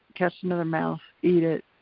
catch another mouse, eat it,